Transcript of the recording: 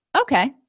Okay